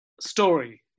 story